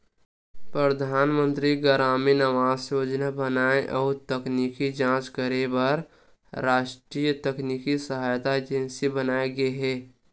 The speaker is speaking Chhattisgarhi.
परधानमंतरी गरामीन आवास योजना बनाए अउ तकनीकी जांच करे बर रास्टीय तकनीकी सहायता एजेंसी बनाये गे हे